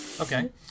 Okay